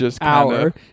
hour